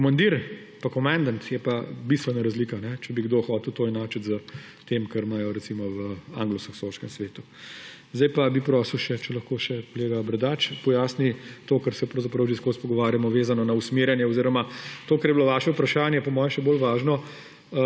Komandir pa komandant je pa bistvena razlika, če bi kdo hotel to enačiti s tem, kar imajo recimo v anglosaksonskem svetu. Zdaj pa bi prosil, če lahko še kolega Bradač pojasni to, o čemer se pravzaprav že ves čas pogovarjamo, vezano na usmerjanje oziroma to, kar je bilo vaše vprašanje, je po moje še bolj važno,